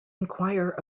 enquire